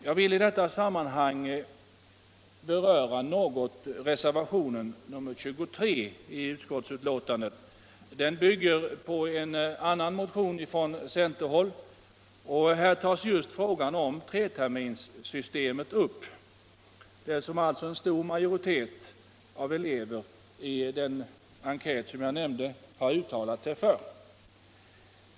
Jag vill i detta sammanhang något beröra reservationen 23 som bygger på motionen 1403. Här tas just frågan om ett treterminssystem upp — det som alltså en stor majoritet elever i den enkät jag nämnde har uttalat sig för.